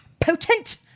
Potent